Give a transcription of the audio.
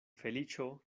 feliĉo